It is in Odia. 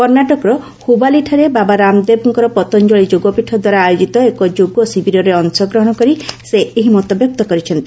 କର୍ଷାଟକର ହୁବାଲିଠାରେ ବାବା ରାମଦେବଙ୍କ ପତଞ୍ଜଳି ଯୋଗପୀଠଦ୍ୱାରା ଆୟୋଜିତ ଏକ ଯୋଗଶିବିରରେ ଅଂଶଗ୍ରହଣ କରି ସେ ଏହି ମତବ୍ୟକ୍ତ କରିଛନ୍ତି